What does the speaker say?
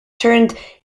turned